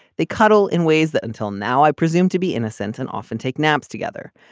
they cuddle in ways that until now i presumed to be innocent and often take naps together.